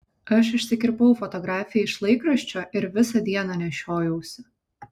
aš išsikirpau fotografiją iš laikraščio ir visą dieną nešiojausi